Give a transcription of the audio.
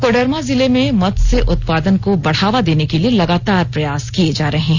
कोडरमा जिले में मत्स्य उत्पादन को बढ़ावा देने के लिए लगातार प्रयास किए जा रहे हैं